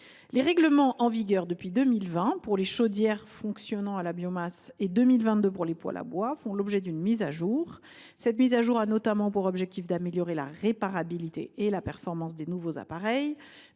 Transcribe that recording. Les règlements, en vigueur depuis 2020, pour les chaudières fonctionnant à la biomasse, et depuis 2022, pour les poêles à bois, font l’objet d’une mise à jour. Celle ci a notamment pour objectif d’améliorer la réparabilité et la performance des nouveaux appareils,